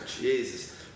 Jesus